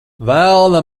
velna